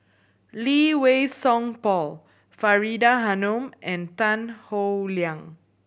Lee Wei Song Paul Faridah Hanum and Tan Howe Liang